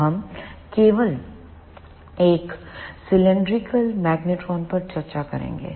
तो हम केवल एक सिलैंडरिकल cylindricalमैग्नेट्रॉन पर चर्चा करेंगे